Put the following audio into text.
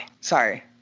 Sorry